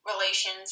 relations